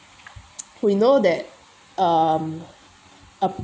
we know that um